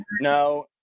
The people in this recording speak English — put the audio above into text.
No